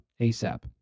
ASAP